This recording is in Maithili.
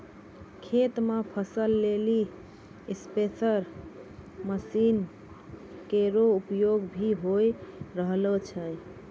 खेत म फसल लेलि स्पेरे मसीन केरो उपयोग भी होय रहलो छै